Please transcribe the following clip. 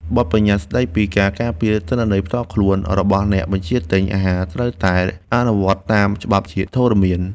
បទប្បញ្ញត្តិស្ដីពីការការពារទិន្នន័យផ្ទាល់ខ្លួនរបស់អ្នកបញ្ជាទិញអាហារត្រូវតែអនុវត្តតាមច្បាប់ជាធរមាន។